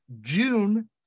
June